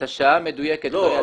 את השעה המדויקת אני ידעתי --- לא,